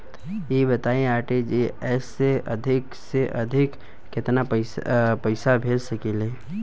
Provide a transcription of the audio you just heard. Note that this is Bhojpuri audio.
ई बताईं आर.टी.जी.एस से अधिक से अधिक केतना पइसा भेज सकिले?